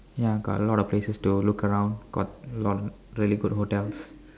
ya got a lot of places to look around got a lot of really good hotels